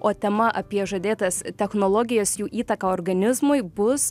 o tema apie žadėtas technologijas jų įtaką organizmui bus